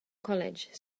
college